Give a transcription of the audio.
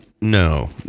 No